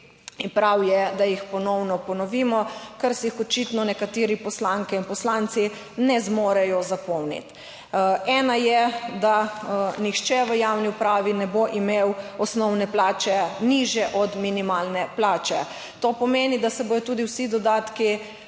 prav je, da jih ponovimo, ker si jih očitno nekatere poslanke in poslanci ne zmorejo zapomniti. Ena je, da nihče v javni upravi ne bo imel osnovne plače nižje od minimalne plače. To pomeni, da se bodo tudi vsi dodatki